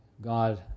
God